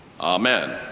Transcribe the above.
Amen